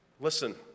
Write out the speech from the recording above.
Listen